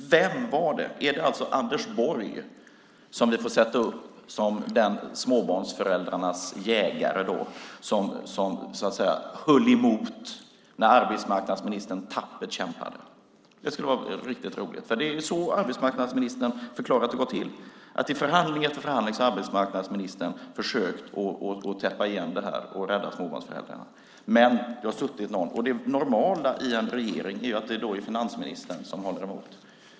Vem var det? Är det Anders Borg som vi får sätta upp som småbarnsföräldrarnas jägare? Var det han som höll emot när arbetsmarknadsministern tappert kämpade? Det skulle vara roligt att höra. Det är så arbetsmarknadsministern förklarar att det har gått till. I förhandling efter förhandling har arbetsmarknadsministern försökt täppa igen detta och rädda småbarnsföräldrarna. Men det har suttit någon i vägen. Det normala i en regering är att det är finansministern som håller emot.